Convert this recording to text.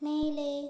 மேலே